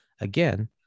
Again